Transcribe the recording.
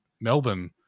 Melbourne